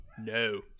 No